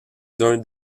d’un